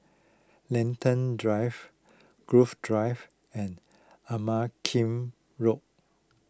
Lentor Drive Grove Drive and Ama Keng Road